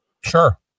Sure